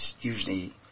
usually